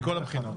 מכל הבחינות.